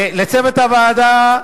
ולצוות הוועדה,